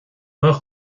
nach